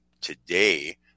today